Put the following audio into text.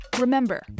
Remember